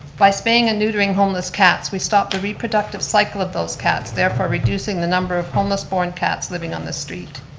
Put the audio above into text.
by spaying and neutering homeless cats, we stop the reproductive cycle of those cats therefore reducing the number of homeless born cats living on the street.